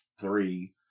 three